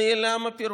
נעלם הפירוט,